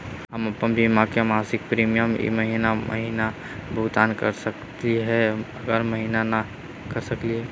हम अप्पन बीमा के मासिक प्रीमियम ई महीना महिना भुगतान कर सकली हे, अगला महीना कर सकली हई?